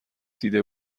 دیده